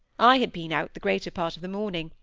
i had been out the greater part of the morning,